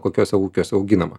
kokiuose ūkiuose auginama